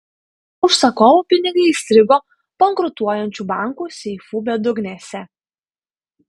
užsakovų pinigai įstrigo bankrutuojančių bankų seifų bedugnėse